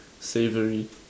savory